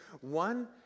One